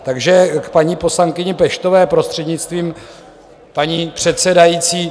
Takže k paní poslankyni Peštové, prostřednictvím paní předsedající.